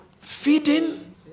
feeding